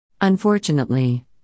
Unfortunately